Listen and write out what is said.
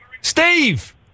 Steve